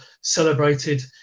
celebrated